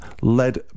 led